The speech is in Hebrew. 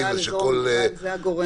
בדיוק.